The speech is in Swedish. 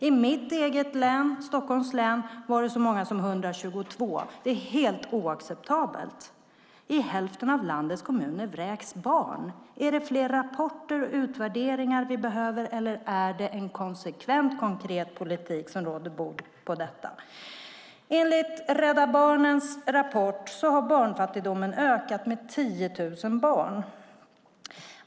I mitt hemlän Stockholm var det så många som 122. Det är helt oacceptabelt. I hälften av landets kommuner vräks barn. Är det fler rapporter och utvärderingar vi behöver, eller är det en konsekvent konkret politik som råder bot på detta? Enligt Rädda Barnens rapport har barnfattigdomen ökat med 10 000 barn.